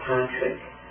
Patrick